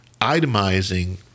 itemizing